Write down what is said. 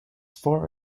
far